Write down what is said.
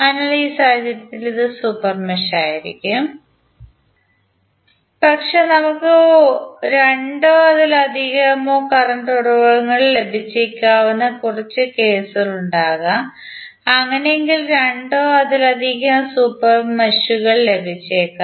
അതിനാൽ ഈ സാഹചര്യത്തിൽ ഇത് സൂപ്പർ മെഷ് ആയിരിക്കും പക്ഷേ നമുക്ക് രണ്ടോ അതിലധികമോ കറന്റ് ഉറവിടങ്ങൾ ലഭിച്ചേക്കാവുന്ന കുറച്ച് കേസുകളുണ്ടാകാം അങ്ങനെയെങ്കിൽ രണ്ടോ അതിലധികമോ സൂപ്പർ മെഷുകൾ ലഭിച്ചേക്കാം